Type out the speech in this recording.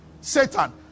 satan